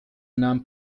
nahm